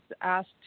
asked